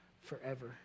forever